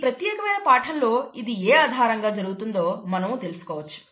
ఈ ప్రత్యేకమైన పాఠంలో ఇది ఏ ఆధారంగా జరుగుతుందో మనము తెలుసుకోవచ్చు